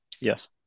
Yes